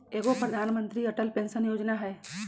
एगो प्रधानमंत्री अटल पेंसन योजना है?